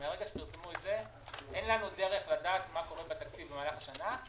מרגע שפרסמו את זה אין לנו דרך לדעת מה קורה בתקציב במהלך השנה,